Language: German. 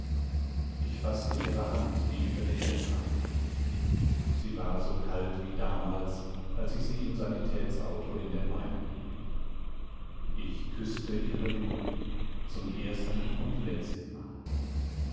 ich faßte ihre hand die über den bettrand hing sie war kalt wie damals als ich sie im sanitätsauto in der meinen hielt ich küßte ihre lippen zum ersten und letzten